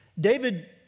David